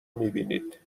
میبینید